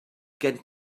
gen